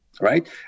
right